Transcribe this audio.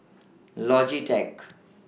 Logitech